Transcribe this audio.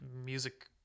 music